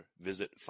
visit